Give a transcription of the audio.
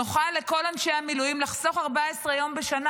נוכל לחסוך לכל אנשי המילואים 14 יום בשנה.